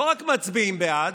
לא רק מצביעה בעד,